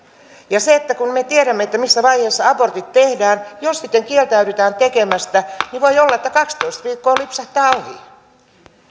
ja kun me tiedämme missä vaiheessa abortit tehdään niin jos sitten kieltäydytään tekemästä niin voi olla että kaksitoista viikkoa lipsahtaa ohi